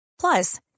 Plus